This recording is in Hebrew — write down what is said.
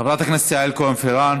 חברת הכנסת יעל כהן-פארן,